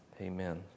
Amen